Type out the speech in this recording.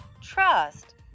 Trust